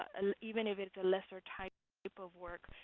and even if it's a lesser type type of work.